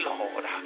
Lord